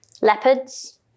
Leopards